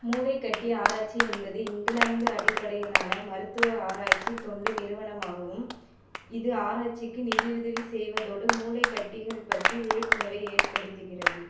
மூளைக் கட்டி ஆராய்ச்சி என்பது இங்கிலாந்து அடிப்படையிலான மருத்துவ ஆராய்ச்சி தொண்டு நிறுவனமாகவும் இது ஆராய்ச்சிக்கு நிதியுதவி செய்வதோடு மூளைக் கட்டிகள் பற்றி விழிப்புணர்வை ஏற்படுத்துகிறது